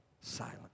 Silent